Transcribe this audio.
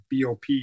BOP